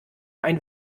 ein